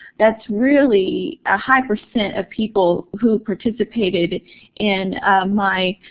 that's really a high percent of people who participated in my